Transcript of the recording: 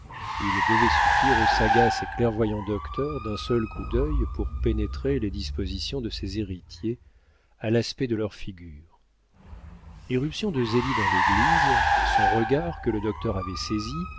il devait suffire au sagace et clairvoyant docteur d'un seul coup d'œil pour pénétrer les dispositions de ses héritiers à l'aspect de leurs figures l'irruption de zélie dans l'église son regard que le docteur avait saisi